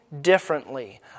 differently